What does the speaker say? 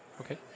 okay